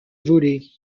volée